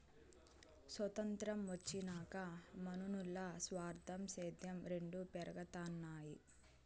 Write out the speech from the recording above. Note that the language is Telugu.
సొతంత్రం వచ్చినాక మనునుల్ల స్వార్థం, సేద్యం రెండు పెరగతన్నాయి